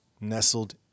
nestled